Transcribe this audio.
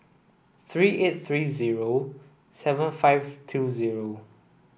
three eight three zero seven five two zero